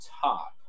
top